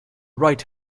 right